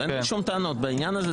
אין לי שום טענות בעניין הזה.